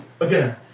again